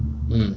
um